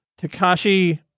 Takashi